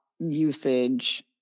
usage